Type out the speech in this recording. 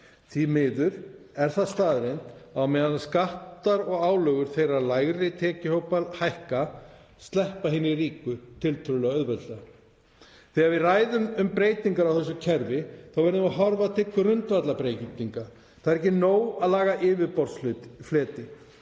Því miður er það staðreynd að á meðan skattar og álögur lægri tekjuhópa hækka sleppa hinir ríku tiltölulega auðveldlega. Þegar við ræðum um breytingar á þessu kerfi þá verðum við að horfa til grundvallarbreytinga. Það er ekki nóg að laga yfirborðsfleti.